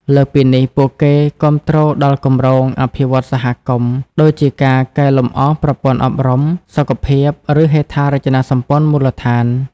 លើសពីនេះ ពួកគេគាំទ្រដល់គម្រោងអភិវឌ្ឍន៍សហគមន៍ ដូចជាការកែលម្អប្រព័ន្ធអប់រំ សុខភាព ឬហេដ្ឋារចនាសម្ព័ន្ធមូលដ្ឋាន។